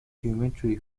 geometry